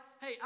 hey